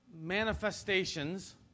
manifestations